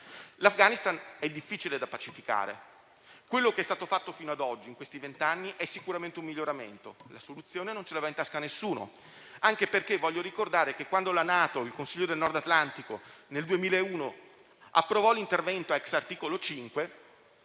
L'Afghanistan è difficile da pacificare: quello che è stato fatto fino ad oggi, in questi vent'anni, è sicuramente un miglioramento. La soluzione non ce l'aveva in tasca nessuno. Del resto, voglio ricordare che quando la NATO, in particolare il Consiglio del Nord Atlantico, nel 2001 approvò l'intervento *ex* articolo 5,